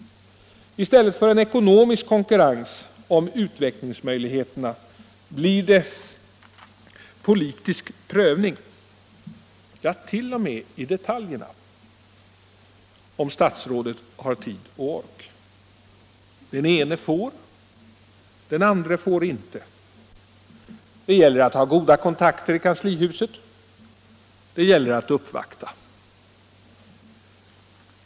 I stället för en ekonomisk konkurrens om utvecklingsmöjligheterna blir det politisk prövning —t.o.m. i detaljer, om statsrådet har tid och ork. Den ene får, den andre får inte. Det gäller att ha goda kontakter i kanslihuset. Det gäller att uppvakta.